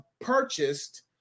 purchased